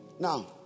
Now